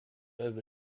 over